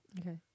okay